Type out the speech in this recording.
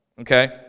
okay